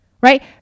right